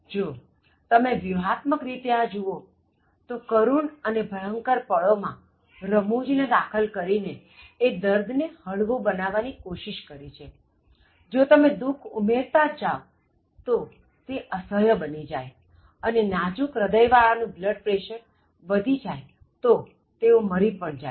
જો તમે વ્યૂહાત્મક રીતે આ જુવો તો કરુણ અને ભયંકર પળો માં રમૂજ ને દાખલ કરીને એ દર્દ ને હળવું બનાવવાની કોશિશ કરી છે જો તમે દુખ ઉમેરતા જ જાવ તો તે અસહ્ય બની જાય અને નાજુક હ્રદય વાળાનું બ્લડ પ્રેશર વધી જાય તો તેઓ મરી પણ જાય